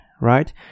right